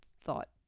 thought